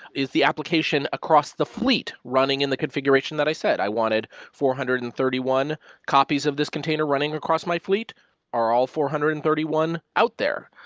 is the application across the fleet running in the configuration that i said? i wanted four hundred and thirty one copies of this container running across my fleet are all four hundred and thirty one out there?